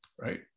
right